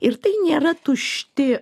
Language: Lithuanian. ir tai nėra tušti